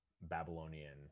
babylonian